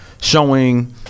Showing